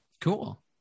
Cool